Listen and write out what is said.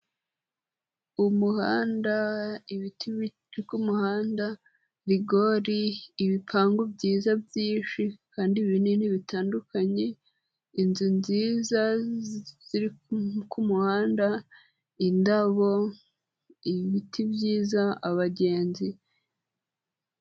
Umuhanda, ibiti biri ku muhanda, rigori, ibipangu byiza byinshi kandi binini bitandukanye, inzu nziza ziri ku muhanda, indabo, ibiti byiza, abagenzi.